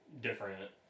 different